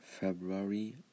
February